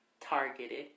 Targeted